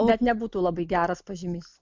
bet nebūtų labai geras pažymys